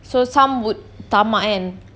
so some would tamak kan